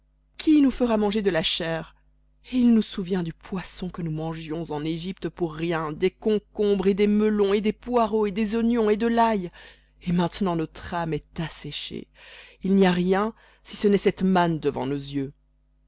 qui nous fera manger de la chair il nous souvient du poisson que nous mangions en égypte pour rien des concombres et des melons et des poireaux et des oignons et de lail et maintenant notre âme est asséchée il n'y a rien si ce n'est cette manne devant nos yeux